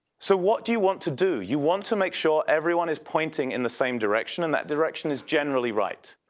so what do you want to do? you want to make sure everyone is pointing in the same direction, and that direction is generally right.